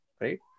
right